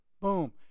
boom